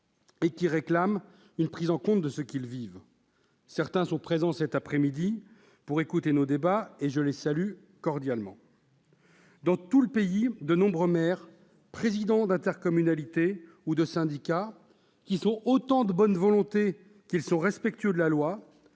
et qui réclament une prise en compte de ce qu'ils vivent. Certains de ces élus sont présents en tribune cet après-midi pour écouter nos débats ; je les salue cordialement. Dans tout le pays, de nombreux maires, présidents d'intercommunalité ou de syndicat, de bonne volonté et respectueux de la loi,